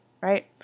right